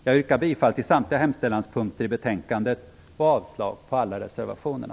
Jag yrkar bifall till samtliga hemställanspunkter i betänkandet och avslag på alla reservationerna.